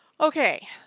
Okay